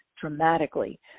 dramatically